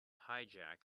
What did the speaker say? hijack